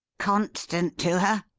constant to her,